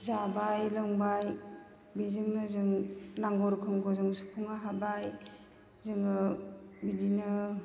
जाबाय लोंबाय बेजोंनो जों नांगौ रोखोमखौ जों सुफुंनो हाबाय जोङो बिदिनो